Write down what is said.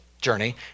journey